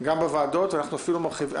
דיונים מרחוק באמצעות זום,